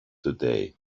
today